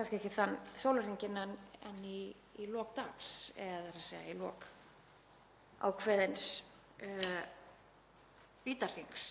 kannski ekki þann sólarhringinn en í lok dags eða í lok ákveðins vítahrings.